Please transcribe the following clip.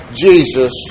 Jesus